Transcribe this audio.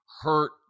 hurt